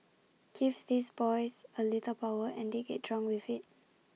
give these boys A little power and they get drunk with IT